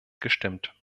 gestimmt